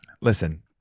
Listen